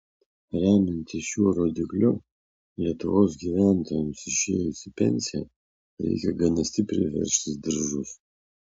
remiantis šiuo rodikliu lietuvos gyventojams išėjus į pensiją reikia gana stipriai veržtis diržus